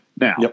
now